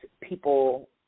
people